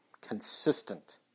Consistent